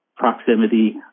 proximity